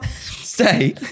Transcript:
stay